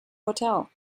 hotel